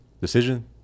decision